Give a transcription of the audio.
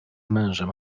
mężem